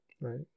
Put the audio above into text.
right